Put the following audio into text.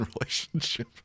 relationship